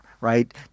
Right